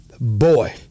boy